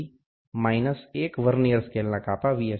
D 1 vernier સ્કેલના કાપા વી